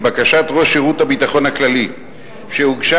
לבקשת ראש שירות הביטחון הכללי שהוגשה